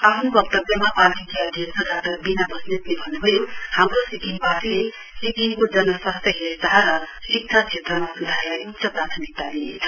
आफ्नो वक्तव्यमा पार्टीकी अध्यक्ष डाक्टर वीणा बस्नेतले भन्न्भयो हाम्रो सिक्किम पार्टीले सिक्किमको जन स्वास्थ्य हेर्चाह र शिक्षा क्षेत्रमा सुधारलाई उच्च प्राथमिकता दिइनेछ